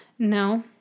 No